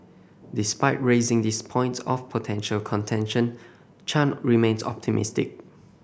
despite raising these points of potential contention Chan remains optimistic